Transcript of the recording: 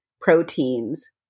proteins